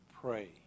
pray